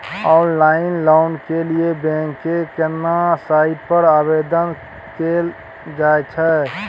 Online loan के लिए bank के केना साइट पर आवेदन कैल जाए छै?